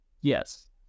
Yes